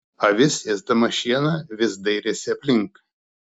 avis ėsdama šieną vis dairėsi aplink